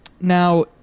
Now